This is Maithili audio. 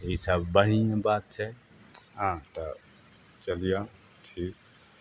तऽ ई सब बढ़ियाँ बात छै हँ तऽ चलियौ ठीक